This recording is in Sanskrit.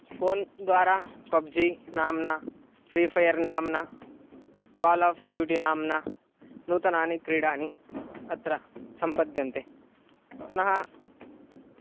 फ़ोन् द्वारा पब्जि नाम्ना फ़्री फ़यर् नाम्ना काल् आफ़् ड्यूटि नाम्ना नूतनानि क्रीडानि अत्र सम्पद्यन्ते पुनः